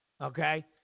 Okay